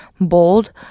bold